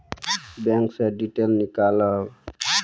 Bank से detail नीकालव?